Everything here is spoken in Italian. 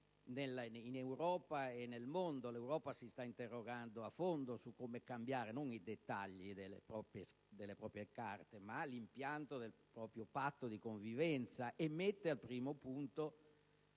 in Europa e nel mondo. L'Europa si sta interrogando a fondo su come cambiare, non i dettagli delle proprie carte, ma l'impianto del proprio patto di convivenza, mettendo al primo posto